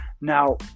Now